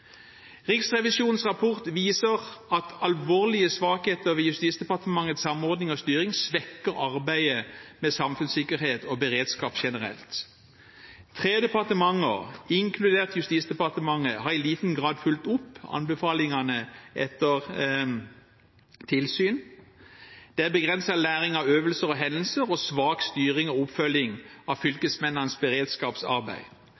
Riksrevisjonens rapport viser at alvorlige svakheter ved Justisdepartementets samordning og styring svekker arbeidet med samfunnssikkerhet og beredskap generelt. Tre departementer, inkludert Justisdepartementet, har i liten grad fulgt opp anbefalingene etter tilsyn, det er begrenset læring av øvelser og hendelser og svak styring og oppfølging av fylkesmennenes beredskapsarbeid.